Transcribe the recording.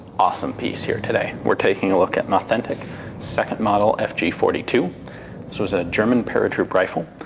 awesome piece here today. we're taking a look at an authentic second model fg forty two. this was a german paratroop rifle.